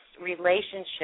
relationship